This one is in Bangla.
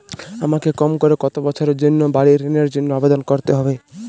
আমাকে কম করে কতো বছরের জন্য বাড়ীর ঋণের জন্য আবেদন করতে হবে?